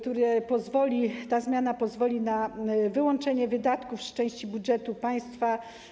Ta zmiana pozwoli na wyłączenie wydatków w części budżetu państwa: